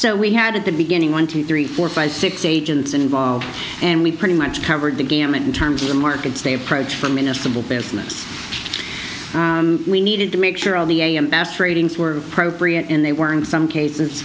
so we had at the beginning one two three four five six agents involved and we pretty much covered the gamut in terms of the markets they approach from in a simple business we needed to make sure all the am asked ratings were appropriate and they were in some cases